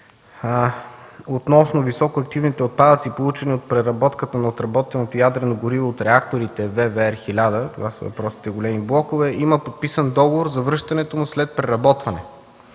относно високоактивните отпадъци, получени от преработката на отработеното ядрено гориво от реакторите ВВЕР-1000, това са въпросните големи блокове, има подписан договор за връщането му след преработване.